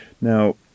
now